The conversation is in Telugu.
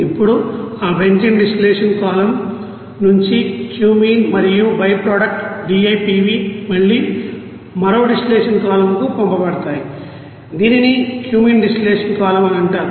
ఇప్పుడు ఆ బెంజీన్ డిస్టిలేషన్ కాలమ్ నుంచి క్యూమీన్ మరియు బైప్రొడక్ట్ డిఐపివి మళ్లీ మరో డిస్టిలేషన్ కాలమ్ కు పంపబడతాయి దీనిని క్యూమన్డిస్టిల్లషన్ కాలమ్ అని అంటారు